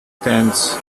ends